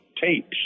tapes